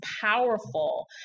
powerful